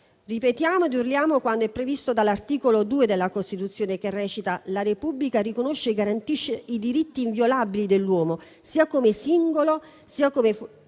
Ripetiamo e urliamo quanto è previsto dall'articolo 2 della Costituzione che recita: «La Repubblica riconosce e garantisce i diritti inviolabili dell'uomo, sia come singolo, sia nelle